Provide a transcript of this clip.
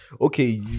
okay